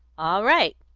all right!